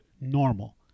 normal